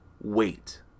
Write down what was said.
Wait